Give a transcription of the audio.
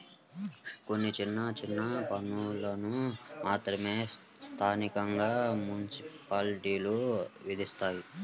కొన్ని చిన్న చిన్న పన్నులను మాత్రమే స్థానికంగా మున్సిపాలిటీలు విధిస్తాయి